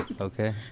Okay